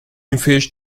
invés